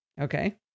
Okay